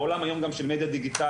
בעולם היום גם של מדיה דיגיטלית,